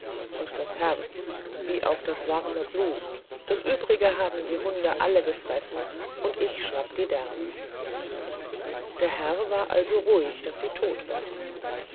und das herz wie auch was warm blut das übrige haben die hunde alle gefressen und ich schrapp die därme der herr war also ruhig daß sie todt war